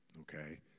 okay